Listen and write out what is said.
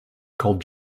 called